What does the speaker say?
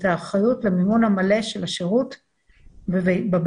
האחריות למימון המלא של השירות בבית.